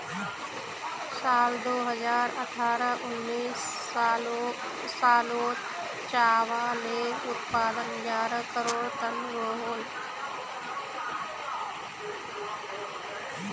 साल दो हज़ार अठारह उन्नीस सालोत चावालेर उत्पादन ग्यारह करोड़ तन रोहोल